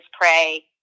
pray